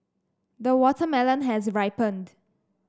the watermelon has ripened